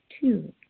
Two